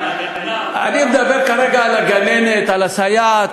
אני מדבר כרגע על הגננת, על הסייעת.